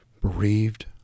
bereaved